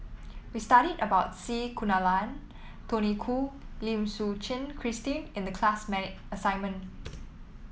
we studied about C Kunalan Tony Khoo Lim Suchen Christine in the class assignment